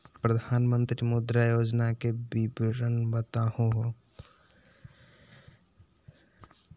प्रधानमंत्री मुद्रा योजना के विवरण बताहु हो?